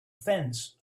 fence